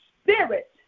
spirit